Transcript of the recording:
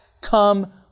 come